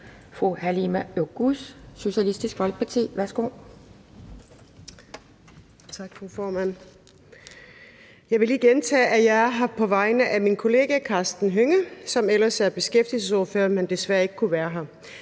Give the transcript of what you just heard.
Halime Oguz (SF): Tak, fru formand. Jeg vil lige gentage, at jeg er her på vegne af min kollega, Karsten Hønge, som ellers er beskæftigelsesordfører, men desværre ikke kunne være her.